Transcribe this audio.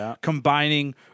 combining